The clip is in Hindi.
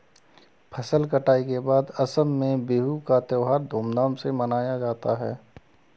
फसल कटाई के बाद असम में बिहू का त्योहार धूमधाम से मनाया जाता है